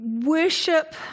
worship